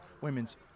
women's